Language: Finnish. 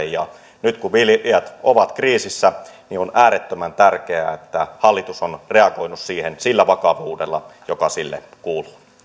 ja nyt kun viljelijät ovat kriisissä niin on äärettömän tärkeää että hallitus on reagoinut siihen sillä vakavuudella joka sille kuuluu